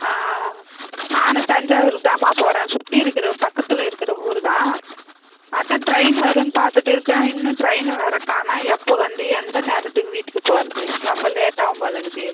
ஆ நானும் தஞ்சாவூருக்கு தாம்மா போகிறேன் சுற்றி இருக்கிற பக்கத்தில் இருக்கிற ஊரு தான் அதுதான் ட்ரெயின் வரும்னு பார்த்துட்டு இருக்கேன் இன்னும் ட்ரெயின் வர காணும் எப்போ வந்து எந்த நேரத்துக்கு வீட்டுக்கு போகிறது ரொம்ப லேட்டாகும் போலருக்குதே